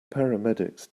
paramedics